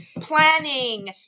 planning